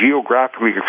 geographically